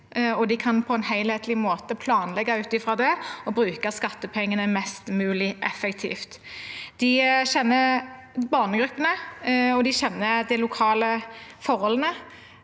og kan på en helhetlig måte planlegge ut fra det og bruke skattepengene mest mulig effektivt. De kjenner barnegruppene, og de kjenner de lokale forholdene.